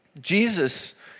Jesus